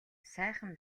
сайхан